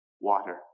water